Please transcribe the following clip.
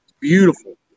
beautiful